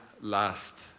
last